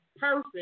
Person